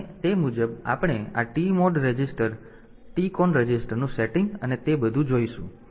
1 અને તે મુજબ આપણે આ TMOD રજિસ્ટર TCON રજિસ્ટરનું સેટિંગ અને તે બધું જોઈશું